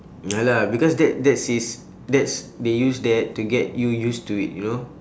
ya lah because that that's his that's they use that to get you used to it you know